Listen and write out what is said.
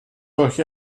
durch